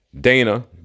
Dana